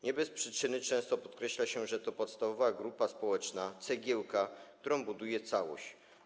Nie bez przyczyny często podkreśla się, że to podstawowa grupa społeczna, cegiełka, która buduje całość.